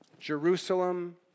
Jerusalem